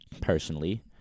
personally